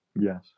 Yes